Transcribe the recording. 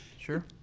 sure